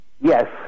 Yes